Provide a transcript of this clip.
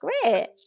Great